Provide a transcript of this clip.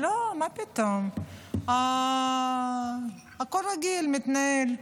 לא, מה פתאום, הכול רגיל מתנהל.